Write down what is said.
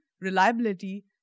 reliability